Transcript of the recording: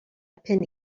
pin